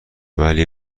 ولی